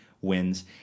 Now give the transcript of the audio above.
wins